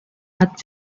hat